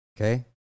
Okay